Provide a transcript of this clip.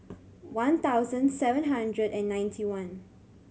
one thousand seven hundred and ninety one